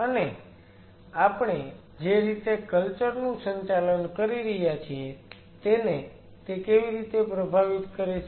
અને આપણે જે રીતે કલ્ચર નું સંચાલન કરી રહ્યા છીએ તેને તે કેવી રીતે પ્રભાવિત કરે છે